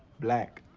black.